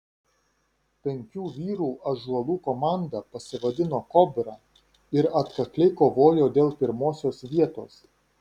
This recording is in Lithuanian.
penkių vyrų ąžuolų komanda pasivadino kobra ir atkakliai kovojo dėl pirmosios vietos